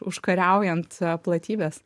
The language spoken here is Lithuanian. užkariaujant platybes